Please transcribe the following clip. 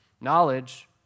Knowledge